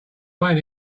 rain